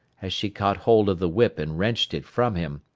as she caught hold of the whip and wrenched it from him.